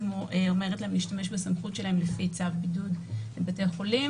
אומרת להשתמש בסמכות שלהם לפי צו בידוד של בתי חולים,